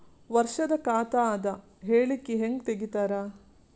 ವರ್ಷದ ಖಾತ ಅದ ಹೇಳಿಕಿ ಹೆಂಗ ತೆಗಿತಾರ?